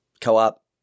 Co-op